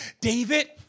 David